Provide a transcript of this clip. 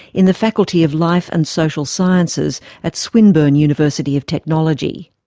in the faculty of life and social sciences, at swinburne university of technology.